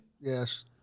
Yes